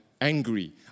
angry